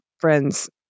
friends